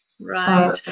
Right